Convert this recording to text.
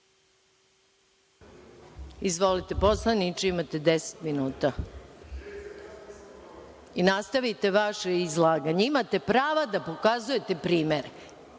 izvolite, imate deset minuta i nastavite vaše izlaganje. Imate pravo da pokazujete primere.